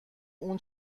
اون